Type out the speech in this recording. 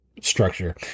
structure